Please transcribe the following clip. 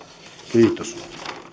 kiitos